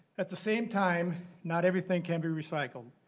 at the same time not everything can be recycled.